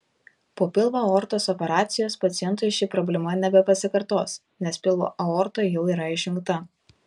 po pilvo aortos operacijos pacientui ši problema nebepasikartos nes pilvo aorta jau yra išjungta